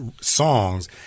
songs